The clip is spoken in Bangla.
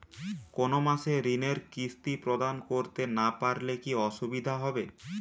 কোনো মাসে ঋণের কিস্তি প্রদান করতে না পারলে কি অসুবিধা হবে?